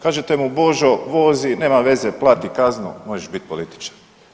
Kažete mu, Božo, vozi, nema veze, plati kaznu, možeš bit političar.